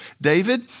David